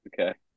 Okay